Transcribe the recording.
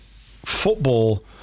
football